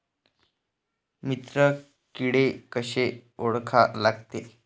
मित्र किडे कशे ओळखा लागते?